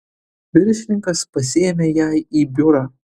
viršininkas pasiėmė ją į biurą